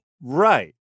Right